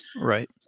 Right